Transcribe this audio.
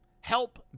help